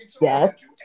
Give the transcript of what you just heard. Yes